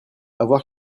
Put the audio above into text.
avoir